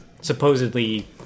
supposedly